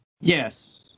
Yes